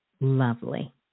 lovely